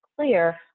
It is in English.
clear